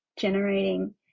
generating